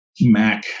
Mac